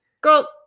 Girl